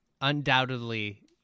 undoubtedly